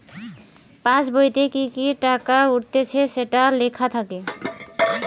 পাসবোইতে কি কি টাকা উঠতিছে সেটো লেখা থাকে